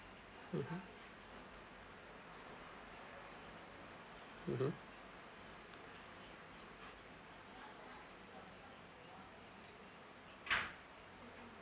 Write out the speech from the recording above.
mmhmm mmhmm